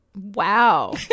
Wow